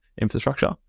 infrastructure